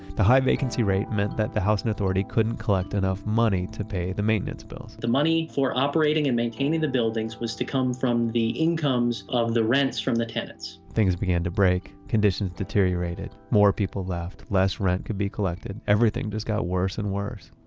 the high vacancy rate meant that the housing authority couldn't collect enough money to pay the maintenance bills the money for operating and maintaining the buildings was to come from the incomes of the rents from the tenants things began to break. conditions deteriorated. more people left. less rent could be collected. everything just got worse and worse